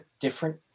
different